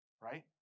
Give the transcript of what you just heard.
Right